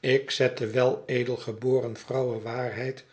ik zet de weledelgeboren vrouwe waarheid